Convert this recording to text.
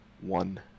One